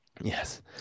Yes